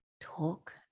talk